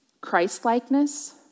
Christ-likeness